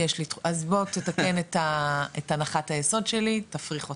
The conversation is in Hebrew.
אז בוא תתקן את הנחת היסוד שלי, תפריך אותה.